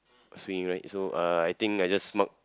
swing right so uh I think I just mark